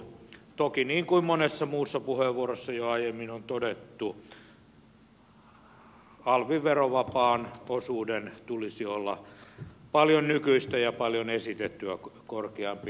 toki niin kuin monessa muussa puheenvuorossa jo aiemmin on todettu alvin verovapaan osuuden tulisi olla paljon nykyistä ja paljon esitettyä korkeampi